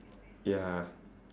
ya